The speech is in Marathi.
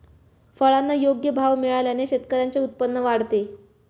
फळांना योग्य भाव मिळाल्याने शेतकऱ्यांचे उत्पन्न वाढते